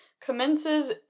commences